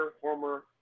former